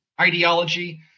ideology